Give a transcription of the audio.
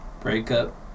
Breakup